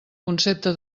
concepte